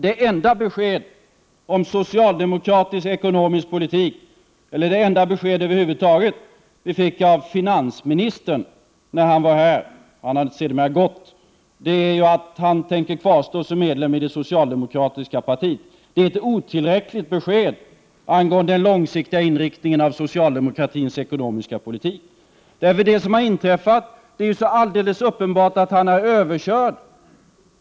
Det enda besked som vi över huvud taget fick från finansministern när han var här, han har nu gått, är att han tänker kvarstå som medlem i det socialdemokratiska partiet. Det är ett otillräckligt besked angående den långsiktiga inriktningen av socialdemokratins ekonomiska politik. Det som har inträffat gör det ju så alldeles uppenbart att han är överkörd.